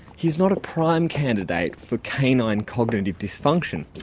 he's not a prime candidate for canine cognitive dysfunction,